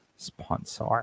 Sponsor